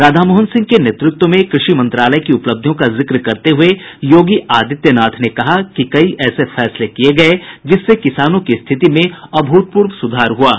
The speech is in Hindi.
राधामोहन सिंह के नेतृत्व में कृषि मंत्रालय की उपलब्धियों का जिक्र करते हुये योगी आदित्य नाथ ने कहा कि कई ऐसे फैसले किये गये जिससे किसानों की स्थिति में अभूतपूर्व सुधार हुआ है